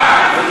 בעד.